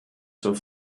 zur